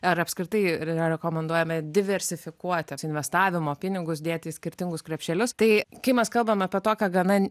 ar apskritai rekomenduojame diversifikuoti investavimo pinigus dėti į skirtingus krepšelius tai kai mes kalbame apie tokią gana